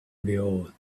behold